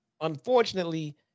unfortunately